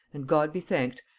and, god be thanked,